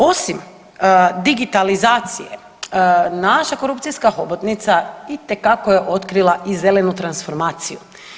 Osim digitalizacije naša korupcijska hobotnica itekako je otkrila i zelenu transformaciju.